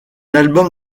album